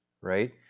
right